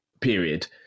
period